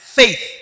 faith